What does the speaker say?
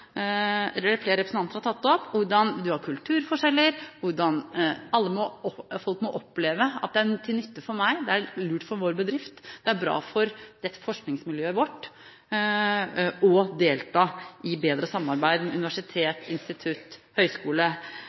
flere representanter har tatt opp: Det at en har kulturforskjeller, at alle folk må oppleve at det er til nytte for dem, at det er lurt for deres bedrift, at det er bra for deres forskningsmiljø å delta i bedre samarbeid med